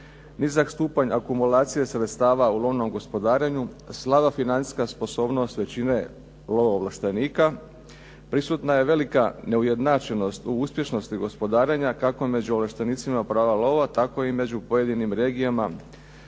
Nizak stupanj akumulacije sredstava u lovnom gospodarenju, slaba financijska sposobnost većine lovo ovlaštenika, prisutna je velika neujednačenost o uspješnosti gospodarenja kako među ovlaštenicima prava lova tako i među pojedinim regijama,